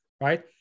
right